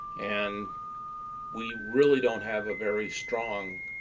and we really don't have a very strong